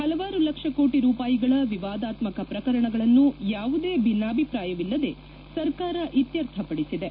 ಪಲವಾರು ಲಕ್ಷ ಕೋಟಿ ರೂಪಾಯಿಗಳ ವಿವಾದಾತ್ಸಕ ಪ್ರಕರಣಗಳನ್ನು ಯಾವುದೇ ಬಿನ್ನಾಭಿಪ್ರಾಯವಿಲ್ಲದೆ ಸರ್ಕಾರ ಇತ್ತರ್ಥ ಪಡಿಸಿದೆ